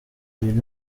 lin